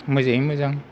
मोजाङै मोजां